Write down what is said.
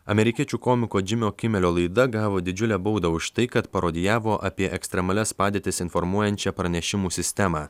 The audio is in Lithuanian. amerikiečių komiko džimio kimelio laida gavo didžiulę baudą už tai kad parodijavo apie ekstremalias padėtis informuojančią pranešimų sistemą